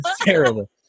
terrible